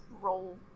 roll